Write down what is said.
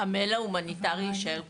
המייל ההומניטרי יישאר פתוח?